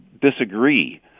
disagree